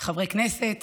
חברי כנסת